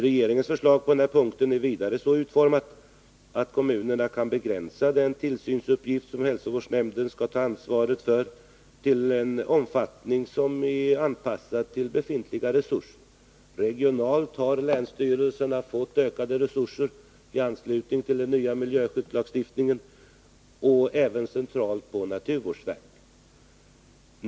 Regeringens förslag på denna punkt är vidare så utformat att kommunerna kan begränsa den tillsynsuppgift, som hälsovårdsnämnden skall ta ansvaret för, till en omfattning som är anpassad till befintliga resurser. Regionalt har länsstyrelserna fått ökade resurser i anslutning till den nya miljöskyddslagstiftningen, och centralt har även naturvårdsverket fått det.